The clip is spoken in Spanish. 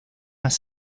más